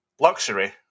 luxury